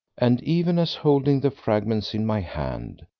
and even as, holding the fragments in my hand,